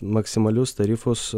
maksimalius tarifus